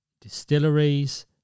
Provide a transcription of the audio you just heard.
distilleries